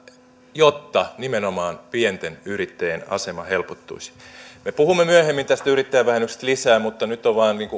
jotta nimenomaan pienten yrittäjien asema helpottuisi me puhumme myöhemmin tästä yrittäjävähennyksestä lisää mutta nyt on vain